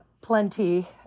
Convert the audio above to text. plenty